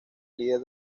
líder